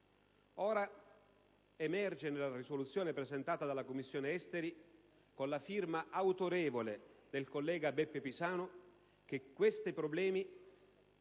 Ora nella risoluzione presentata dalla Commissione esteri con la firma autorevole del collega Beppe Pisanu, che questi problemi